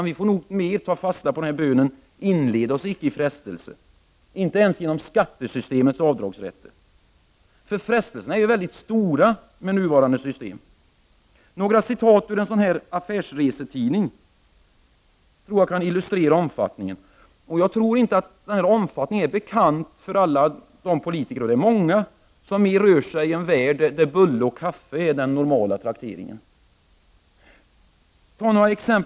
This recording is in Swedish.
Vi får mera ta fasta på bönen ”inled oss icke i frestelse”, inte ens genom skattesystemets avdragsrätter. För frestelserna är stora med nuvarande system. Några citat ur en affärsresetidning kan illustrera omfattningen. Jag tror inte att den är bekant för alla politiker, som mera rör sig i en värld där bulle och kaffe är den normala trakteringen — och det är många.